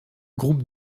groupe